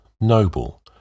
noble